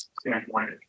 standpoint